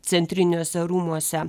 centriniuose rūmuose